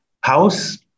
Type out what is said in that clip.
house